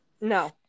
No